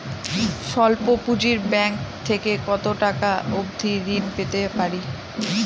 স্বল্প পুঁজির ব্যাংক থেকে কত টাকা অবধি ঋণ পেতে পারি?